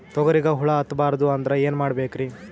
ತೊಗರಿಗ ಹುಳ ಹತ್ತಬಾರದು ಅಂದ್ರ ಏನ್ ಮಾಡಬೇಕ್ರಿ?